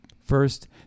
first